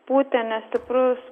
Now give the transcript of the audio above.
pūtė nestiprus